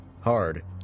Hard